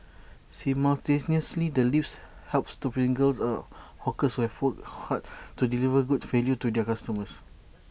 simultaneously the lips helps to single the hawkers we full hard to deliver good value to their customers